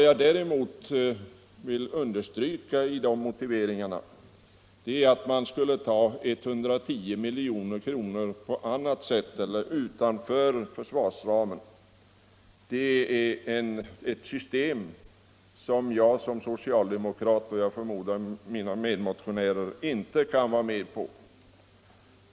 Jag vill emellertid understryka att tanken att man skulle ta 110 milj.kr. utanför försvarsramen innebär ett system som jag som socialdemokrat — och, förmodar jag, mina medmotionärer — inte kan vara med om.